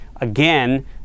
Again